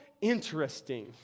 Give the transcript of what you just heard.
interesting